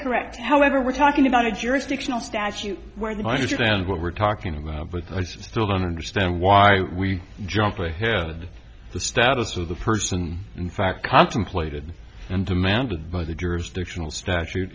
correct however we're talking about a jurisdictional statute where the i understand what we're talking about but i still don't understand why we jump ahead the status of the person in fact contemplated and demanded by the jurors directional statute